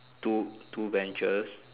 two two benches